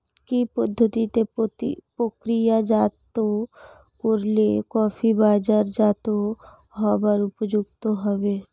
কি পদ্ধতিতে প্রক্রিয়াজাত করলে কফি বাজারজাত হবার উপযুক্ত হবে?